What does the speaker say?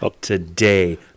today